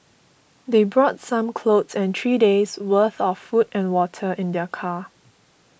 they brought some clothes and three days' worth of food and water in their car